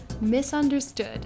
misunderstood